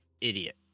idiot